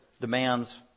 demands